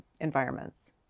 environments